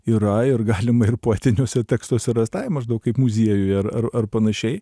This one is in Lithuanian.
yra ir galima ir poetiniuose tekstuose rast ai maždaug kaip muziejuj ar ar ar panašiai